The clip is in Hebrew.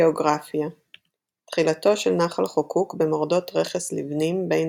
גאוגרפיה תחילתו של נחל חוקוק במורדות רכס ליבנים בין